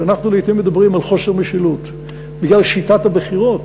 וכשאנחנו לעתים מדברים על חוסר משילות בגלל שיטת הבחירות,